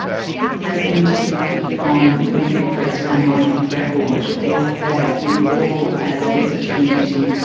i think the lesson to be learnt from the negative press around my health record is that we all as a research community,